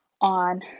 on